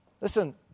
Listen